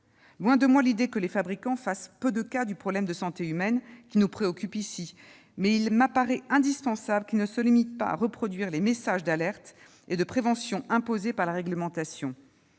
Loin de moi l'idée que les fabricants fassent peu de cas du problème de santé humaine qui nous préoccupe ici, mais il me paraît indispensable qu'ils ne se limitent pas à reproduire les messages d'alerte et de prévention imposés par la réglementation.